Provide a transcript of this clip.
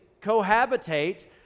cohabitate